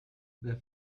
their